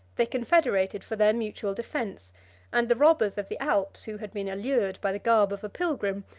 they confederated for their mutual defence and the robbers of the alps, who had been allured by the garb of a pilgrim,